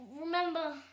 remember